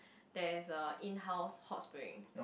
there's a inhouse hot spring